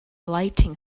lighting